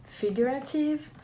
figurative